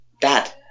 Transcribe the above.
dad